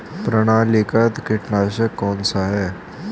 प्रणालीगत कीटनाशक कौन सा है?